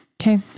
Okay